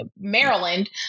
Maryland